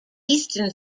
eastern